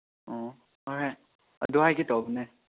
ꯑꯣ ꯍꯣꯏ ꯍꯣꯏ ꯑꯗꯨ ꯍꯥꯏꯒꯦ ꯇꯧꯕꯅꯦ